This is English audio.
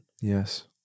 Yes